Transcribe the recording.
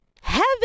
heaven